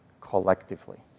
collectively